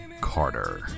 Carter